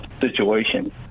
situation